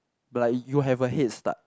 but like you have a head start